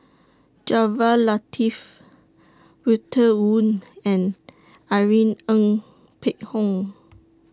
Jaafar Latiff Walter Woon and Irene Ng Phek Hoong